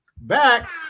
back